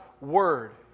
Word